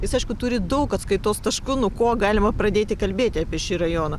jis aišku turi daug atskaitos taškų nuo ko galima pradėti kalbėti apie šį rajoną